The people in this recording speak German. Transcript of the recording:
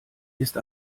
ist